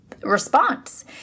Response